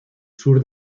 sur